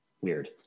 weird